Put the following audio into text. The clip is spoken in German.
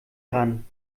ran